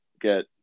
get